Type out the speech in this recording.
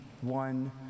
one